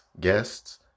guests